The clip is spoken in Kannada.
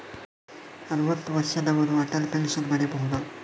ಅರುವತ್ತು ವರ್ಷದವರು ಅಟಲ್ ಪೆನ್ಷನ್ ಪಡೆಯಬಹುದ?